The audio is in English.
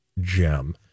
gem